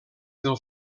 del